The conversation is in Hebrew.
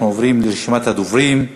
אנחנו עוברים לרשימת הדוברים.